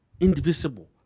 Indivisible